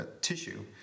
tissue